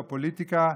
בפוליטיקה,